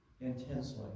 intensely